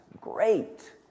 great